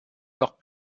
alors